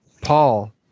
Paul